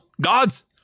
Gods